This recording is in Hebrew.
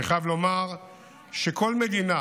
אני חייב לומר שכל מדינה